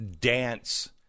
dance